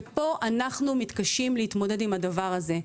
ופה אנחנו מתקשים להתמודד עם הדבר הזה.